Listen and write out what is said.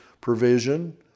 provision